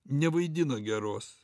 nevaidino geros